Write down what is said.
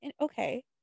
okay